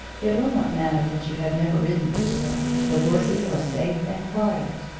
it will not matter that you have never ridden before. the horses are safe and quiet.